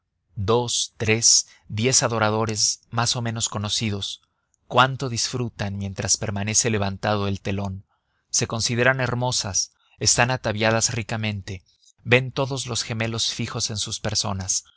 dos tres diez adoradores más o menos conocidos cuánto disfrutan mientras permanece levantado el telón se consideran hermosas están ataviadas ricamente ven todos los gemelos fijos en sus personas